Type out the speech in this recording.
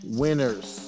winners